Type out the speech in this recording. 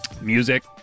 Music